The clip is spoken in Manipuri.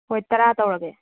ꯍꯣꯏ ꯇꯔꯥ ꯇꯧꯔꯒꯦ